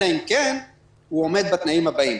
אלא אם כן הוא עומד בתנאים הבאים.